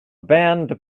band